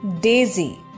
daisy